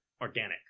organic